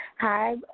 Hi